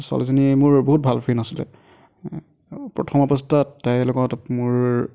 ছোৱালীজনী মোৰ বহুত ভাল ফ্ৰেইণ্ড আছিলে প্ৰথম অৱস্থাত তাইৰ লগত মোৰ